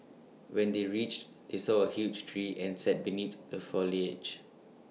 when they reached they saw A huge tree and sat beneath the foliage